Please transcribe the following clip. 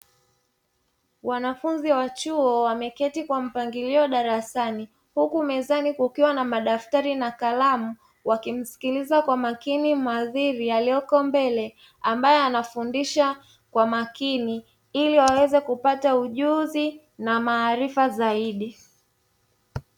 Wanafunzi wa chuo wameketi kwa mpangilio wa darasani, huku mezani kukiwa na madaftari na kalamu wakimsikiliza kwa makini mawaziri aliyoko mbele ambaye anafundisha kwa makini ili waweze kupata ujuzi na maarifa zaidi